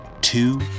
two